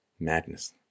Madness